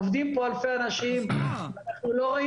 עובדים פה אלפי אנשים ואנחנו לא רואים